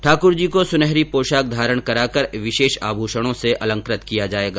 ठाकुरजी को सुनहरी पोशाक धारण कराकर विशेष आभूषणों से अलंकृत किया जाएगा